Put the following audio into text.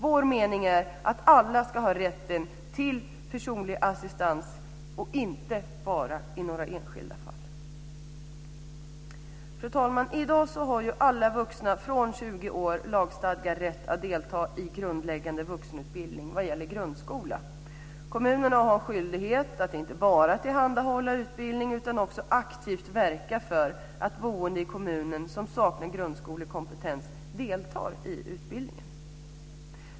Vår mening är att alla ska ha rätt till personlig assistans, inte bara några enskilda. Fru talman! I dag har alla vuxna från 20 år lagstadgad rätt att delta i grundläggande vuxenutbildning vad gäller grundskola. Kommunerna har skyldighet att inte bara tillhandahålla utbildning, utan också aktivt verka för att boende i kommunen som saknar grundskolekompetens deltar i utbildningen.